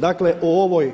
Dakle, o ovoj